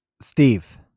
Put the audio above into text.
Steve